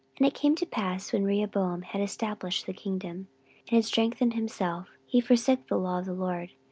and it came to pass, when rehoboam had established the kingdom, and had strengthened himself, he forsook the law of the lord,